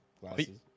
glasses